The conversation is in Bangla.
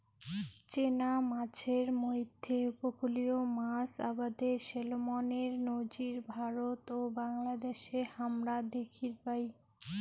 চেনা মাছের মইধ্যে উপকূলীয় মাছ আবাদে স্যালমনের নজির ভারত ও বাংলাদ্যাশে হামরা দ্যাখির পাই